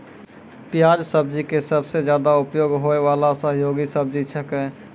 प्याज सब्जी के सबसॅ ज्यादा उपयोग होय वाला सहयोगी सब्जी छेकै